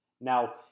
Now